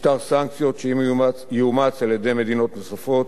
משטר סנקציות שאם יאומץ על-ידי מדינות נוספות,